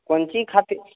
कोन चीज खातिर